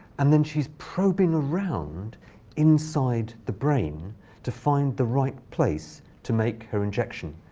and then she's probing around inside the brain to find the right place to make her injection.